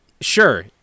Sure